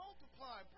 Multiply